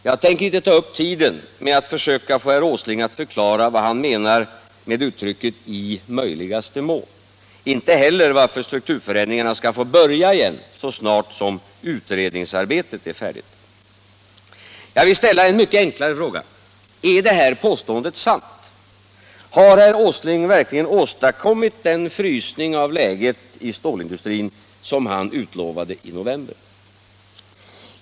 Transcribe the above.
Jag tänker inte ta upp tiden med att försöka få herr Åsling att förklara vad han menar med uttrycket ”i möjligaste mån”, inte heller varför strukturförändringarna skall få börja igen så snart som utredningsarbetet är färdigt. Jag vill ställa en mycket enklare fråga: Är det här påståendet sant? Har herr Åsling åstadkommit den frysning av läget i stålindustrin som han utlovade i november?